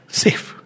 safe